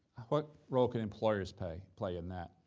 what role can employers pay play in that?